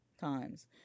times